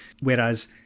Whereas